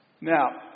Now